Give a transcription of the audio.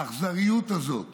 האכזריות הזאת